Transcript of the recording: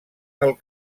del